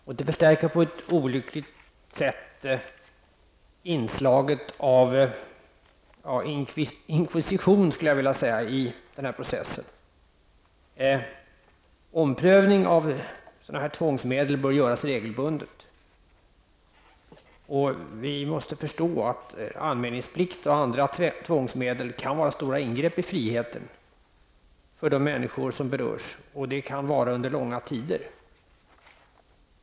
Detta förstärker på ett olyckligt sätt inslaget av låt mig säga inkvisition i denna process. Omprövning av tvångsmedel bör göras regelbundet. Vi måste förstå att anmälningsplikt och andra tvångsmedel kan vara stora ingrepp i friheten för de människor som berörs, speciellt som det kan pågå under långa tider.